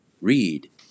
Read